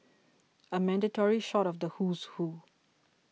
a mandatory shot of the who's who